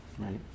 right